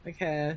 Okay